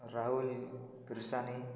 Rahul Kirsani